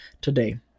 today